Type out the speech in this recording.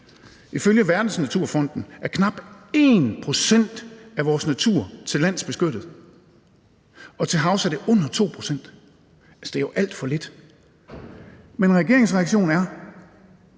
Ifølge Verdensnaturfonden er knap 1 pct. af vores natur til lands beskyttet, og til havs er det under 2 pct. Det er jo alt for lidt. Men regeringens reaktion er